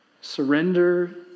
Surrender